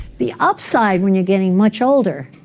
the upside, when you're getting much older,